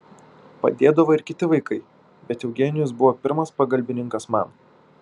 padėdavo ir kiti vaikai bet eugenijus buvo pirmas pagalbininkas man